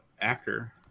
actor